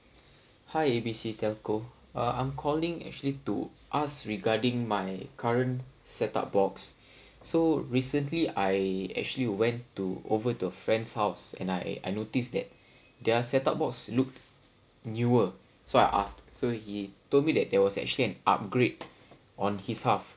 hi A B C telco uh I'm calling actually to ask regarding my current set up box so recently I actually went to over to a friend's house and I I noticed that their set up box looked newer so I asked so he told me that there was actually an upgrade on his house